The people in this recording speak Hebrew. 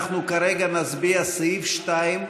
אנחנו כרגע נצביע על סעיף 2,